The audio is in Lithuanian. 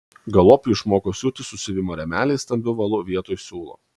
galop ji išmoko siūti su siuvimo rėmeliais stambiu valu vietoj siūlo